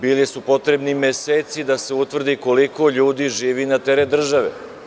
Bili su potrebni meseci da se utvrdi koliko ljudi živi na teret države.